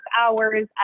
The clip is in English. hours